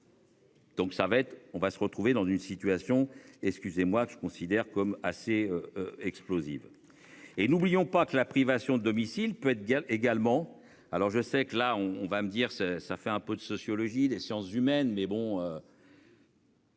être, on va se retrouver dans une situation excusez-moi, je considère comme assez explosive. Et n'oublions pas que la privation domicile peut être également. Alors je sais que là on, on va me dire ça fait un peu de sociologie des sciences humaines mais bon.